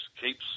keeps